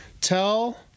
tell